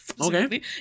Okay